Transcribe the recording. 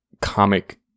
comic